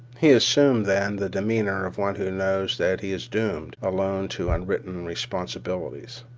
he assumed then, the demeanor of one who knows that he is doomed alone to unwritten responsibilities.